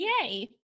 yay